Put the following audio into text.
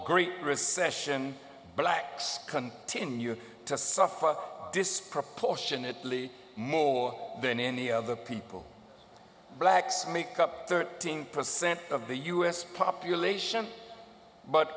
great recession blacks continue to suffer disproportionately more than any of the people blacks make up thirteen percent of the u s population but